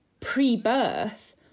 pre-birth